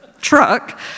truck